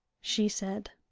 she said.